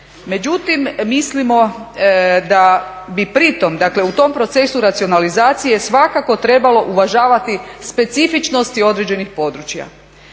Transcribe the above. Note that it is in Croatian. Međutim mislimo da bi pri tom dakle u tom procesu racionalizacije svakako trebalo uvažavati specifičnosti određenih područja.